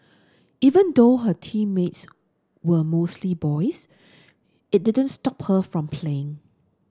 even though her teammates were mostly boys it didn't stop her from playing